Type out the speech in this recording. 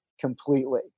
completely